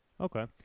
Okay